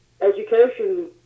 Education